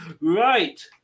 Right